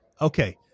Okay